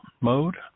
mode